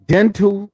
Dental